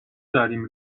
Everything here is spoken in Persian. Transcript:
داریم